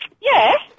Yes